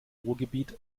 ruhrgebiet